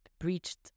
breached